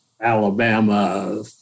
Alabama